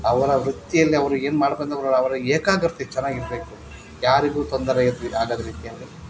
ಅವರ ವೃತ್ತಿಯಲ್ಲಿ ಅವರು ಏನು ಮಾಡ್ಕೊಂತಾರೋ ಅವರ ಏಕಾಗ್ರತೆ ಚೆನ್ನಾಗಿರ್ಬೇಕು ಯಾರಿಗೂ ತೊಂದರೆ ಆಗದ ರೀತಿಯಲ್ಲಿ